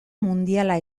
mundiala